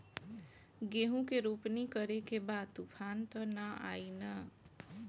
गेहूं के रोपनी करे के बा तूफान त ना आई न?